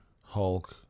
Hulk